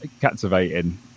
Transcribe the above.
captivating